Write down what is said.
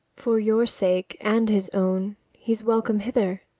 for your sake and his own he's welcome hither.